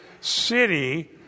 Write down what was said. city